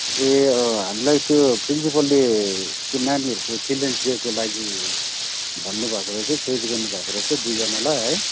ए अँ हामलाई त्यो प्रिन्सिपलले त्यो नानीहरूको चिल्ड्रेन्स डेको लागि भन्नु भएको रहेछ चोइस गर्नु भएको रहेछ दुईजनालाई है